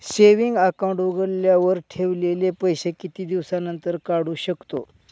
Saving account उघडल्यावर ठेवलेले पैसे किती दिवसानंतर काढू शकतो?